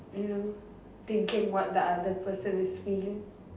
you know thinking what the other person is feeling